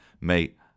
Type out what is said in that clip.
mate